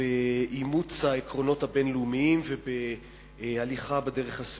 באימוץ העקרונות הבין-לאומיים ובהליכה בדרך הסביבתית.